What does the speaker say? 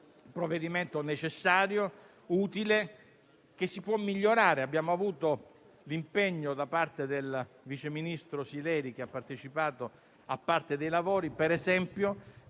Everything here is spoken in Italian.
provvedimento necessario e utile, che si può migliorare. Abbiamo avuto l'impegno da parte del vice ministro Sileri, che ha partecipato a parte dei lavori, di